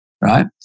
Right